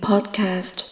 podcast